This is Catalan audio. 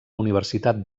universitat